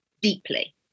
deeply